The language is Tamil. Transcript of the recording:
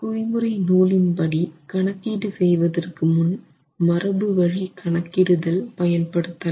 குறிமுறை நூலின் படி கணக்கீடு செய்வதற்கு முன் மரபுவழி கணக்கிடுதல் பயன் படுத்தலாம்